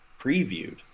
previewed